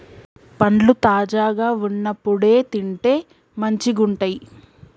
పండ్లు తాజాగా వున్నప్పుడే తింటే మంచిగుంటయ్